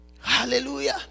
Hallelujah